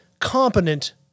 competent